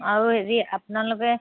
আৰু হেৰি আপোনালোকে